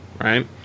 right